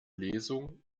lesung